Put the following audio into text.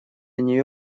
нее